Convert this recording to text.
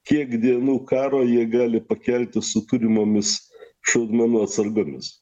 kiek dienų karo jie gali pakelti su turimomis šaudmenų atsargomis